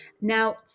Now